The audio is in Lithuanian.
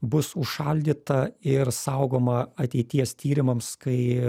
bus užšaldyta ir saugoma ateities tyrimams kai